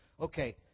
okay